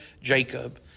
Jacob